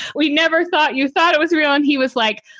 we never thought you thought it was real. and he was like,